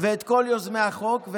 ואת כל יוזמי החוק,